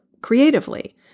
creatively